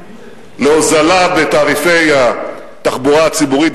להוזלה בתעריפי התחבורה הציבורית,